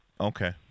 Okay